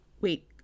Wait